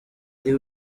ari